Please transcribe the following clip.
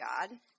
God